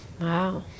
wow